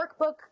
workbook